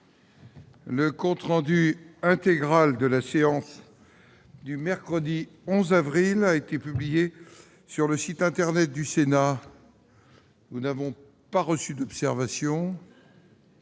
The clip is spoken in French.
Le compte rendu intégral de la séance du mercredi 11 avril 2018 a été publié sur le site internet du Sénat. Il n'y a pas d'observation